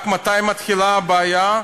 רק מתי מתחילה הבעיה?